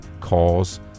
calls